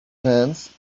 hands